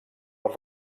del